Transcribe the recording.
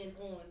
on